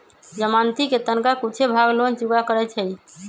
जमानती कें तनका कुछे भाग लोन चुक्ता करै छइ